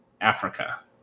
Africa